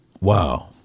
Wow